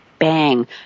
Bang